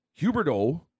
Huberto